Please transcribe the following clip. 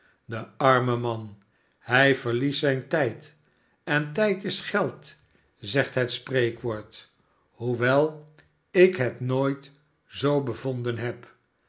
de arme man hij verliest zijn tijd en tijd is geld zegt het spreekwoord hoewel ik het nooit zoo bevonden heb